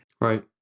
Right